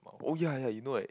oh ya ya you know like